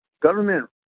government